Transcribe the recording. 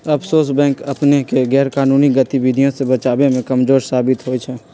offshore bank अपनेके गैरकानूनी गतिविधियों से बचाबे में कमजोर साबित होइ छइ